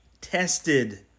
tested